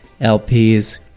LPs